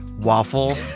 waffle